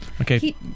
okay